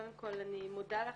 קודם כל אני מודה לך